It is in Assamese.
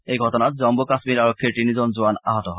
এই ঘটনাত জম্মু কাশ্মীৰ আৰক্ষীৰ তিনিজন জোৱান আহত হয়